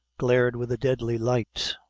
glared with a deadly light.